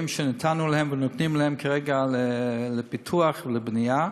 שנתנו להם ונותנים להם כרגע לפיתוח ולבנייה.